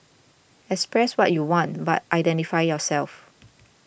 express what you want but identify yourself